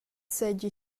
seigi